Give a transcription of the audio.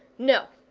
no,